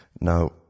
Now